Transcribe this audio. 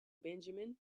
benjamin